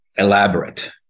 elaborate